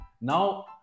Now